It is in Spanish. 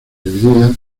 divididas